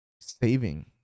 saving